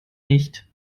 nicht